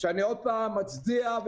שאני עוד פעם מצדיע לו,